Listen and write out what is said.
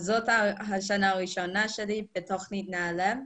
זאת השנה הראשונה שלי בתוכנית נעל"ה.